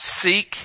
seek